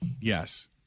yes